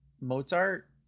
Mozart